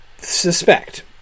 suspect